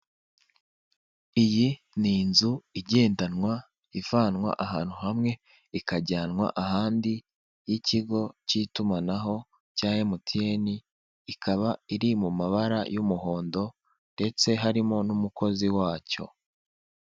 Iyi ni inzu igendanwa, ivanwa ahantu hamwe ikajyanwa ahandi; y'ikigo cy'itumanaho cya MTN ikaba iri mu mabara y'umuhondo ndetse harimo n'umukozi wacyo.